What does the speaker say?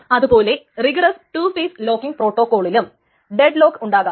അതുപോലെ rigorous two phase locking പ്രോട്ടോകോളിലും deadlock ഉണ്ടാകാം